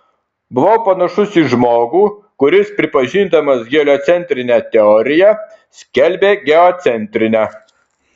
buvau panašus į žmogų kuris pripažindamas heliocentrinę teoriją skelbia geocentrinę